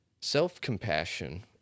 Self-compassion